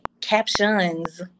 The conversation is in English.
captions